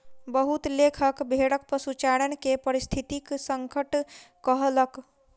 बहुत लेखक भेड़क पशुचारण के पारिस्थितिक संकट कहलक